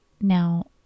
Now